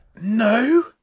No